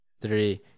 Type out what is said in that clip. three